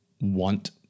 want